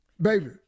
baby